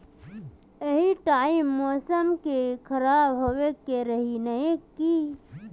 यही टाइम मौसम के खराब होबे के रहे नय की?